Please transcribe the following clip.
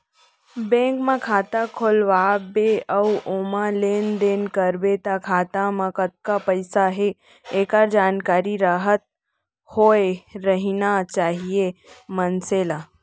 bank म खाता खोलवा बे अउ ओमा लेन देन करबे त खाता म कतका पइसा हे एकर जानकारी राखत होय रहिना चाही मनसे ल